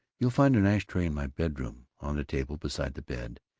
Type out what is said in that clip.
you'll find an ash-tray in my bedroom, on the table beside the bed,